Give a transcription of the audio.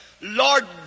Lord